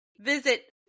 visit